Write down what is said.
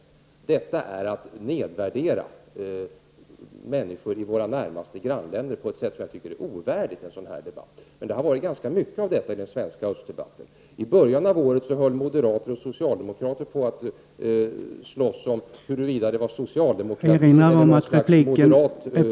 Det är att nedvärdera människor i våra närmaste grannländer på ett sätt som jag tycker är ovärdigt i en debatt. Det har varit ganska mycket av sådant i den svenska Östersjödebatten. I början av året höll socialdemokrater och moderater på att slåss om huruvida det var socialdemokrater eller moderater...